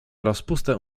rozpustę